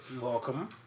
Welcome